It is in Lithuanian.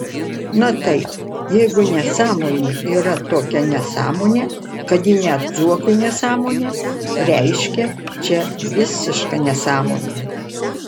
na taip jeigu nesąmonė yra tokia nesąmonė kad ji net zuokui nesąmonė reiškia čia visiška nesąmonė